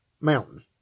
mountain